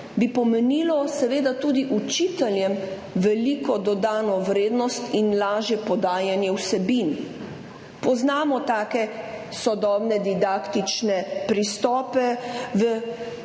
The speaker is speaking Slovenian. bi pomenil seveda tudi učiteljem veliko dodano vrednost in lažje podajanje vsebin. Poznamo take sodobne didaktične pristope v